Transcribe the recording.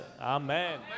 Amen